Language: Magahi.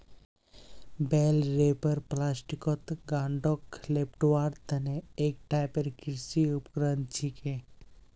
बेल रैपर प्लास्टिकत गांठक लेपटवार तने एक टाइपेर कृषि उपकरण छिके